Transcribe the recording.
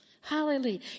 Hallelujah